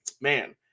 man